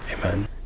Amen